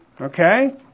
Okay